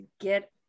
get